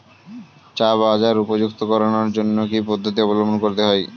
চা বাজার উপযুক্ত করানোর জন্য কি কি পদ্ধতি অবলম্বন করতে হয়?